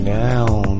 down